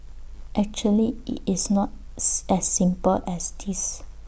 actually IT is not as simple as this